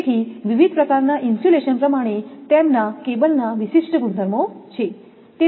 તેથી વિવિધ પ્રકારના ઇન્સ્યુલેશન પ્રમાણે તેમના કેબલના વિશિષ્ટ ગુણધર્મો છે